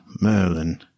Merlin